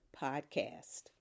podcast